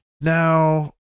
Now